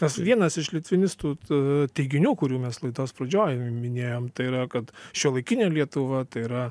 tas vienas iš litvinistų teiginių kurių mes laidos pradžioj minėjom tai yra kad šiuolaikinė lietuva tai yra